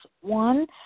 One